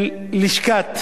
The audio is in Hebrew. ללשכת